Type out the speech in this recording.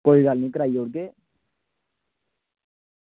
कोई गल्ल निं कराई ओड़गे